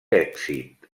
èxit